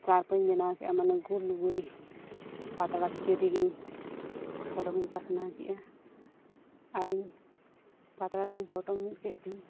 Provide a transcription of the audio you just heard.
ᱪᱟᱨᱯᱟᱧ ᱵᱮᱱᱟᱣ ᱠᱮᱫᱟ ᱢᱟᱱᱮ ᱜᱳᱞ ᱜᱳᱞ ᱯᱟᱛᱲᱟ ᱵᱷᱤᱛᱤᱨ ᱨᱤᱜᱤᱧ ᱦᱚᱞᱚᱝᱼᱤᱧ ᱯᱟᱥᱱᱟᱣ ᱠᱮᱫᱟ ᱟᱨᱤᱧ ᱯᱟᱛᱲᱟᱛᱤᱧ ᱯᱚᱴᱚᱢ ᱢᱤᱫ ᱠᱮᱫ ᱛᱤᱧ